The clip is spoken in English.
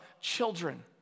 children